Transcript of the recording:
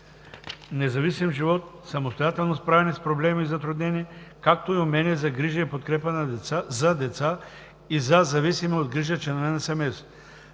независим живот, самостоятелно справяне с проблеми и затруднения, както и умения за грижа и подкрепа за деца и за зависими от грижа членове на семейството.